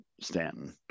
Stanton